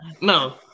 no